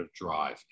drive